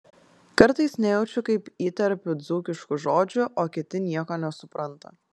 kartais nejaučiu kaip įterpiu dzūkiškų žodžių o kiti nieko nesupranta